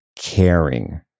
caring